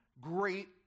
great